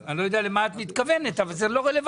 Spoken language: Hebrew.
אני לא יודע למה את מתכוונת, אבל זה לא רלוונטי.